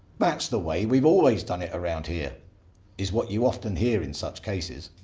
that's the way we've always done it around here is what you often hear in such cases.